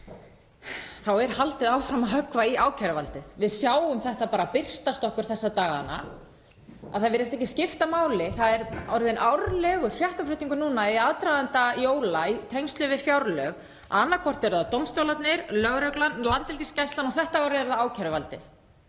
er haldið áfram að höggva í ákæruvaldið. Við sjáum þetta birtast okkur þessa dagana, að það virðist ekki skipta máli. Það er orðinn árlegur fréttaflutningur núna í aðdraganda jóla í tengslum við fjárlög að annaðhvort eru það dómstólarnir, lögreglan, Landhelgisgæslan og þetta árið er það ákæruvaldið.